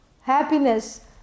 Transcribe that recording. happiness